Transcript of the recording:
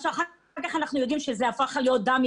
אחר כך אנחנו יודעים שזה הפך להיות דם,